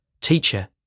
Teacher